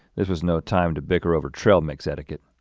this was no time to bicker over trail mix etiquette.